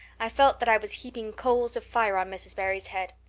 i felt that i was heaping coals of fire on mrs. barry's head.